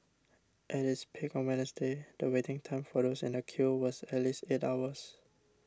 at its peak on Wednesday the waiting time for those in the queue was at least eight hours